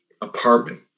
apartment